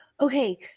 okay